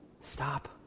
Stop